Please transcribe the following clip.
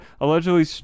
allegedly